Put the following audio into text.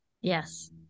Yes